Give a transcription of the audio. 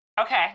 Okay